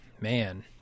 Man